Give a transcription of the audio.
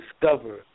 discover